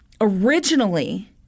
Originally